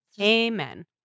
Amen